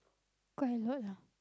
quite a lot lah